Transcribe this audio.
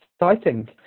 exciting